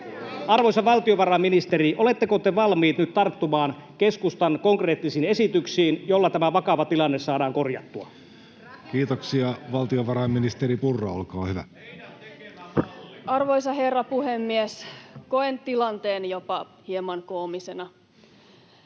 Arvoisa valtiovarainministeri, oletteko te valmiit nyt tarttumaan keskustan konkreettisiin esityksiin, joilla tämä vakava tilanne saadaan korjattua? Kiitoksia. — Valtiovarainministeri Purra, olkaa hyvä. Arvoisa herra puhemies! Koen tilanteen jopa hieman koomisena.